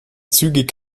zügig